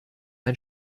ein